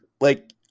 like-